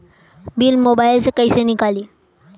Bill mobile से कईसे निकाली?